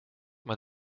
maar